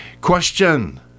Question